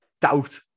doubt